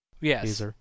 Yes